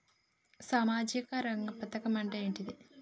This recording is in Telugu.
సామాజిక రంగ పథకం అంటే ఏంటిది?